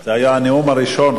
זה היה הנאום הראשון,